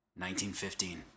1915